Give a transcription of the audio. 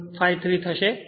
153 થશે